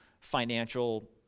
financial